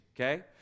Okay